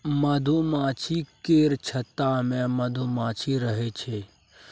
मधुमाछी केर छत्ता मे मधुमाछी रहइ छै